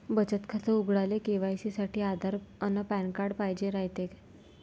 बचत खातं उघडाले के.वाय.सी साठी आधार अन पॅन कार्ड पाइजेन रायते